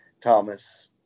Thomas